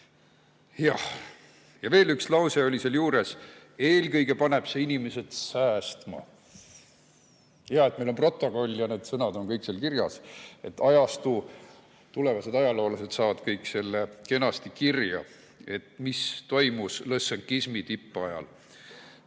Ja veel üks lause oli seal juures: eelkõige paneb see inimesed säästma. Hea, et meil on protokoll ja need sõnad on kõik seal kirjas. Tulevased ajaloolased saavad selle kõik kenasti kirja [panna], mis toimus lõssenkismi tippajal.